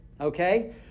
okay